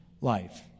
life